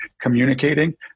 communicating